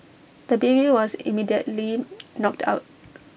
the baby was immediately knocked out